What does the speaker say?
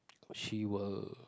she will